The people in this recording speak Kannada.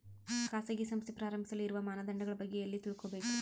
ಖಾಸಗಿ ಸಂಸ್ಥೆ ಪ್ರಾರಂಭಿಸಲು ಇರುವ ಮಾನದಂಡಗಳ ಬಗ್ಗೆ ಎಲ್ಲಿ ತಿಳ್ಕೊಬೇಕು?